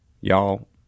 Y'all